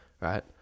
right